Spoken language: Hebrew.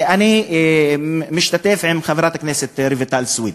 אני משתתף עם חברת הכנסת רויטל סויד,